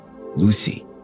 Lucy